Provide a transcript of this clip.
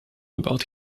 about